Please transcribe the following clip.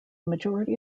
majority